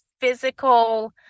physical